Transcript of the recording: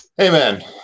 Amen